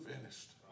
finished